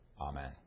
Amen